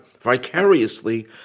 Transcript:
vicariously